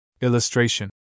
Illustration